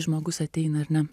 žmogus ateina ar ne